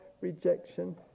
rejection